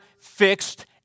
fixed